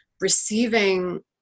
receiving